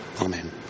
Amen